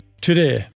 today